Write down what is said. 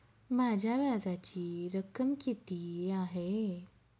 माझ्या व्याजाची रक्कम किती आहे?